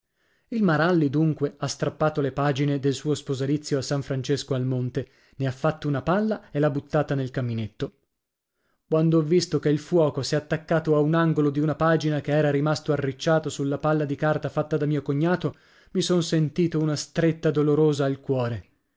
il maralli dunque ha strappato le pagine del suo sposalizio a san francesco al monte ne ha fatto una palla e lha buttata nel caminetto quand'ho visto che il fuoco s'è attaccato a un angolo di una pagina che era rimasto arricciato sulla palla di carta fatta da mio cognato mi son sentito una stretta dolorosa al cuore